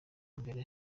mbere